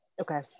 Okay